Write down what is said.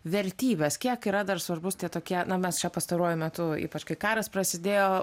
vertybės kiek yra dar svarbus tie tokie na mes čia pastaruoju metu ypač kai karas prasidėjo